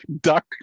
duck